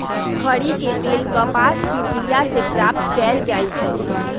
खरि के तेल कपास के बिया से प्राप्त कएल जाइ छइ